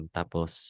Tapos